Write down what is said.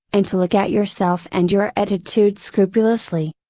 and to look at yourself and your attitude scrupulously.